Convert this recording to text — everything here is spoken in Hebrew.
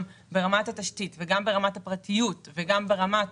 גם ברמת התשתית וגם ברמת הפרטיות וגם ברמת